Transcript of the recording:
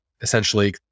essentially